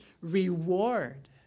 reward